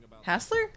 Hassler